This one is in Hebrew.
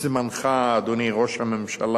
את זמנך, אדוני ראש הממשלה,